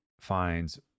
finds